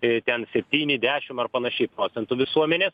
i ten septyni dešimt ar panašiai procentų visuomenės